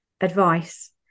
advice